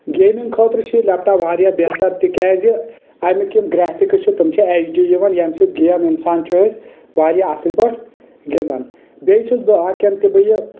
gaming خٲطرٕ چھُ یہِ لیٚپ ٹاپ واریاہ بہتر تِکیازِ امیِکۍ یِم گریٚفکس چھِ تِم چھِ ایچ ڈی یِوان یمہِ سۭتۍ گیم انسان چھِ أسۍ واریاہ اصٕل پٲٹھۍ گنٛدان بییٚہِ چھُس بہٕ اکھ ینہٕ تہِ بہٕ یہِ